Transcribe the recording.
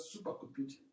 supercomputing